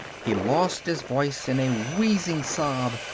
he lost his voice in a wheezing sob,